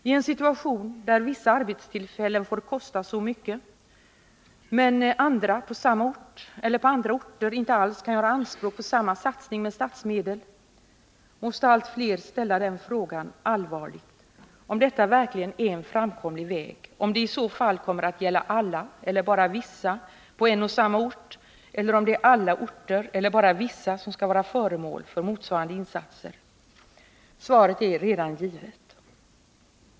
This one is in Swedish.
I en situation där vissa arbetstillfällen på en ort får kosta så mycket men andra arbetstillfällen på samma ort eller på andra orter inte alls kan göra anspråk på samma satsning med statsmedel måste allt fler allvarligt ställa frågan, om detta verkligen är en framkomlig väg, om satsningarna i så fall kommer att gälla alla eller bara vissa på en och samma ort, eller om alla orter eller bara vissa skall vara föremål för motsvarande satsningar. Svaret är givet.